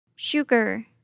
Sugar